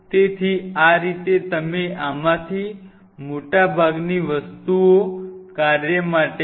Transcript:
તેથી આ રીતે તમે આમાંથી મોટાભાગની વસ્તુઓ કાર્ય માટે છે